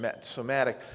somatic